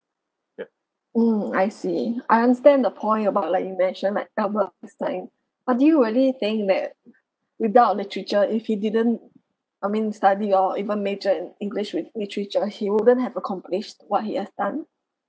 mm I see I understand the point about like you mention like albert einstein but do you really think that without literature if he didn't I mean study or even major in english with literature he wouldn't have accomplished what he has done